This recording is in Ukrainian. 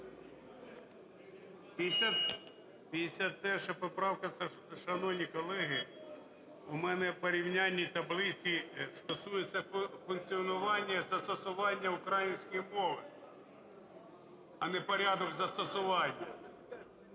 В.І. 51 поправка. Шановні колеги, в мене в порівняльній таблиці стосується функціонування і застосування української мови, а не порядок застосування.